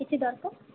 କିଛି ଦରକାର